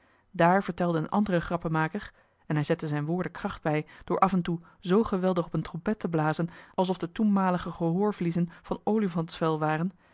daar vertelde een andere grappenmaker en hij zette zijne woorden kracht bij door af en toe zoo geweldig op een trompet te blazen alsof de toenmalige gehoorvliezen van olifantsvel waren